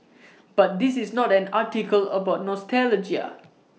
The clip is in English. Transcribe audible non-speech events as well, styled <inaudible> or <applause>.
<noise> but this is not an article about nostalgia